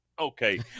Okay